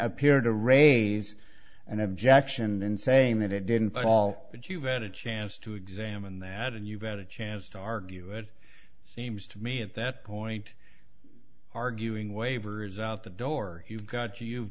appear to raise an objection in saying that it didn't fall but you've had a chance to examine that and you've got a chance to argue it seems to me at that point arguing wavers out the door you've got you've